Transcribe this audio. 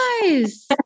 guys